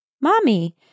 Mommy